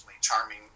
charming